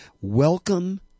welcome